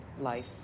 life